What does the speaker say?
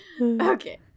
Okay